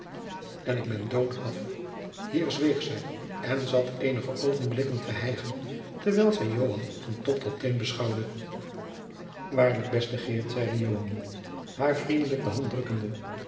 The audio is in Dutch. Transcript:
en ik ben dood af hier zweeg zij en zat eenige oogenblikken te hijgen terwijl zij joan van top tot teen beschouwde waarlijk beste geert zeide joan haar vriendelijk de hand drukkende